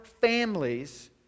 families